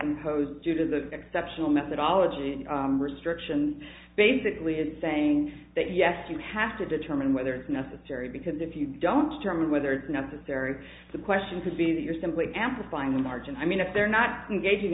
imposed due to the exceptional methodology restriction basically in saying that yes you have to determine whether it's necessary because if you don't determine whether it's necessary the question could be that you're simply amplifying the margin i mean if they're not engaging